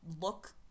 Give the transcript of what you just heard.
look